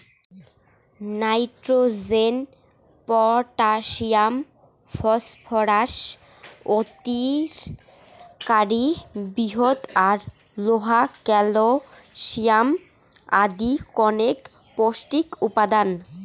nitrogen, potassium, phosphorus অতিদরকারী বৃহৎ আর লোহা, ক্যালশিয়াম আদি কণেক পৌষ্টিক উপাদান